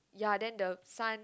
ya then the son